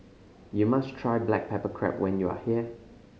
you must try black pepper crab when you are here